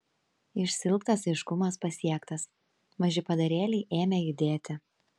išsiilgtas aiškumas pasiektas maži padarėliai ėmė judėti